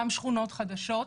גם שכונות חדשות.